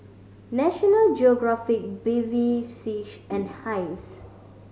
National Geographic Bevy C and Heinz